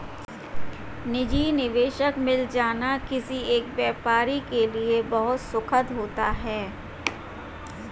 निजी निवेशक मिल जाना किसी नए व्यापारी के लिए बहुत सुखद होता है